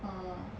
err